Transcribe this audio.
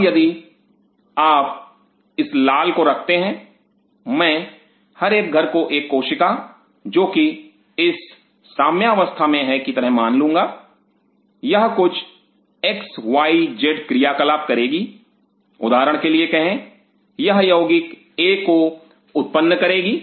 अब यदि आप इस लाल को रखते हैं मैं हर एक घर को एक कोशिका जो कि इस साम्यावस्था में है की तरह मानूंगा यह कुछ एक्स वाई जेड क्रियाकलाप करेगी उदाहरण के लिए कहे यह यौगिक ए को उत्पन्न करेगी